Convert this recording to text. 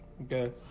Okay